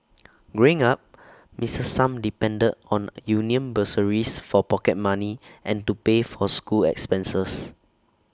growing up miss sum depended on union bursaries for pocket money and to pay for school expenses